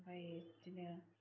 आमफ्राइ बिदिनो